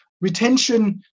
Retention